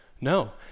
No